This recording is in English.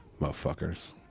motherfuckers